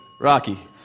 Rocky